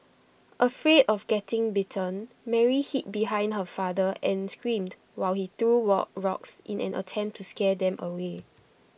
afraid of getting bitten Mary hid behind her father and screamed while he threw work rocks in an attempt to scare them away